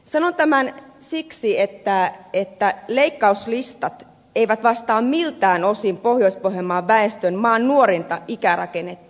sanon tämän siksi että leikkauslistat eivät vastaa miltään osin pohjois pohjanmaan väestön maan nuorinta ikärakennetta